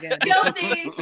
guilty